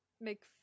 make